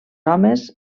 homes